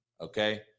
Okay